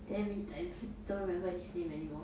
damn it I f~ don't remember his name anymore